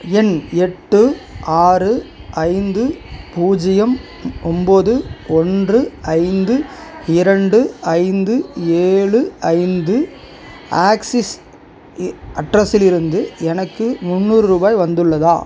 எண் எட்டு ஆறு ஐந்து பூஜ்ஜியம் ஒம்போது ஒன்று ஐந்து இரண்டு ஐந்து ஏழு ஐந்து ஆக்சிஸ் அட்ரெஸிலிருந்து எனக்கு முந்நூறு ரூபாய் வந்துள்ளதா